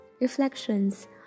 reflections